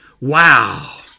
Wow